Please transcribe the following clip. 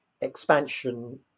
expansion